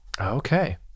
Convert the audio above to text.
Okay